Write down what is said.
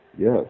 Yes